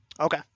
Okay